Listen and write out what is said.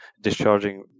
discharging